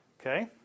Okay